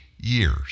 years